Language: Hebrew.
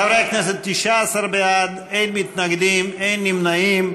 חברי הכנסת, 19 בעד, אין מתנגדים, אין נמנעים.